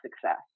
success